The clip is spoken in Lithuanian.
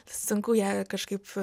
sunku ją kažkaip